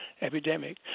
epidemic